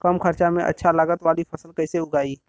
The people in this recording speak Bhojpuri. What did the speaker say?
कम खर्चा में अच्छा लागत वाली फसल कैसे उगाई?